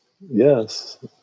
yes